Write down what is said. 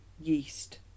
Yeast